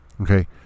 okay